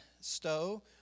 Stowe